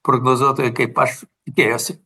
prognozuotojai kaip aš tikėjosi